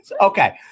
Okay